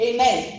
Amen